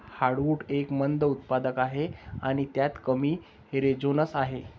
heartwood एक मंद उत्पादक आहे आणि त्यात कमी रेझिनस आहे